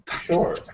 Sure